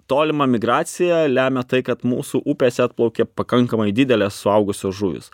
tolimą migraciją lemia tai kad mūsų upėse atplaukia pakankamai didelės suaugusios žuvys